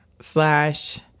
slash